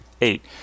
Eight